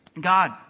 God